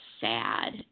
Sad